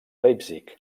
leipzig